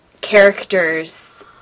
characters